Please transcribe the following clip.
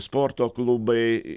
sporto klubai